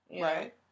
Right